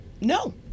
No